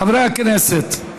חברי הכנסת,